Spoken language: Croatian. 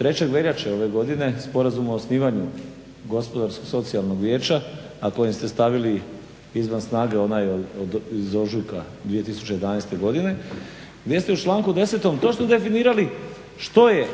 3. veljače ove godine, Sporazum o osnivanju Gospodarsko-socijalnog vijeća, a kojim ste stavili izvan snage onaj iz ožujka 2011. godine gdje ste u članku 10. točno definirali što je